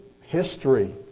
history